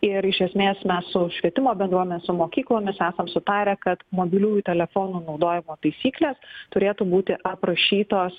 ir iš esmės mes su švietimo bendruomene su mokyklomis esam sutarę kad mobiliųjų telefonų naudojimo taisyklės turėtų būti aprašytos